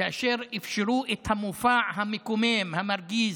כאשר אפשרו את המופע המקומם, המרגיז,